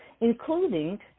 including